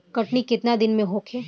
कटनी केतना दिन में होखे?